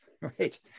Right